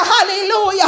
Hallelujah